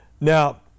Now